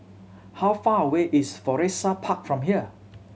how far away is Florissa Park from here